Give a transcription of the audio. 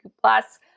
plus